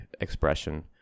expression